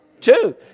two